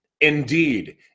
Indeed